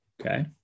okay